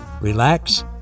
relax